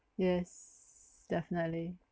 yes definitely